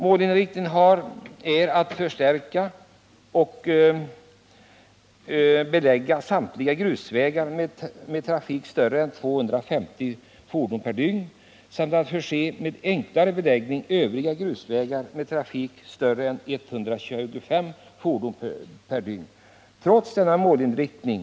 Målinriktningen bör vara att förstärka och belägga samtliga grusvägar som har en trafik större än 250 fordon per dygn samt att förse övriga grusvägar med trafik större än 125 fordon per dygn med enklare beläggning.